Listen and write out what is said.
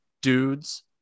dudes